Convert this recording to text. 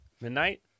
midnight